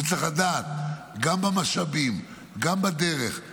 הוא צריך לדעת גם במשאבים, גם בדרך,